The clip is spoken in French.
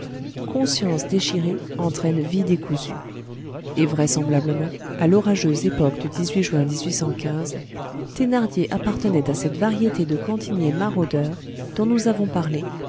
conscience déchirée entraîne vie décousue et vraisemblablement à l'orageuse époque du juin thénardier appartenait à cette variété de cantiniers maraudeurs dont nous avons parlé